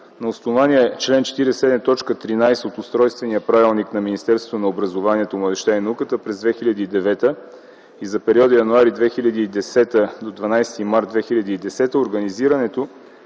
На основание чл. 47, т. 13 от Устройствения правилник на Министерството на образованието, младежта и науката през 2009 г. и за периода м. януари 2010 – 12 март 2010 г. организирането